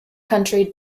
country